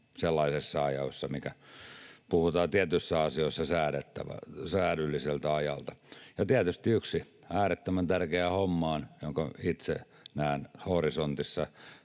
sellaisessa ajassa, mistä puhutaan tietyissä asioissa säädyllisenä aikana. Ja tietysti yksi äärettömän tärkeä homma on se, jonka itse näen horisontissa